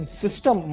system